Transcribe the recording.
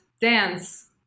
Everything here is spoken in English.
dance